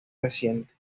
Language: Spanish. reciente